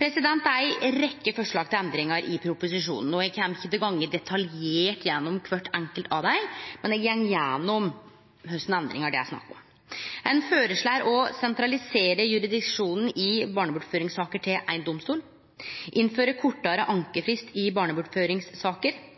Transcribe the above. Det er ei rekkje forslag til endringar i proposisjonen. Eg kjem ikkje til å gå detaljert gjennom kvart enkelt av dei, men eg går gjennom kva for endringar det er snakk om. Ein føreslår å sentralisere jurisdiksjonen i barnebortføringssaker til éin domstol, innføre kortare ankefrist i barnebortføringssaker,